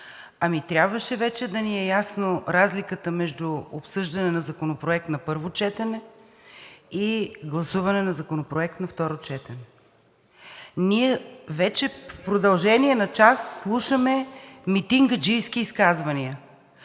трябваше вече да ни е ясна разликата между обсъждане на законопроект на първо четене и гласуване на законопроект на второ четене. Ние вече в продължение на час слушаме митингаджийски изказвания.